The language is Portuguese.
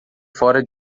fora